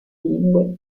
lingue